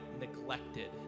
neglected